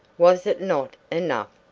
was it not enough?